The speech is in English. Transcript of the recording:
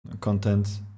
content